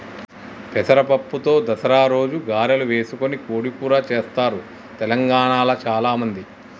పెసర పప్పుతో దసరా రోజు గారెలు చేసుకొని కోడి కూర చెస్తారు తెలంగాణాల చాల మంది